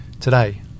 Today